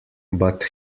but